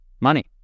Money